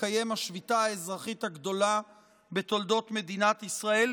תתקיים השביתה האזרחית הגדולה בתולדות מדינת ישראל,